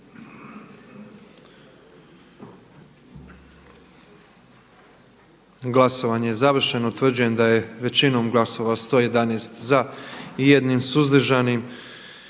Glasovanje je završeno. Utvrđujem da je sa 104 glasa za i jednim suzdržanim